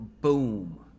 Boom